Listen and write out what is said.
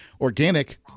organic